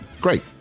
Great